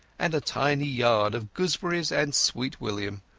and a tiny yard of gooseberries and sweet-william.